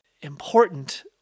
important